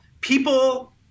people